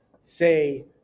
say